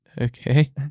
okay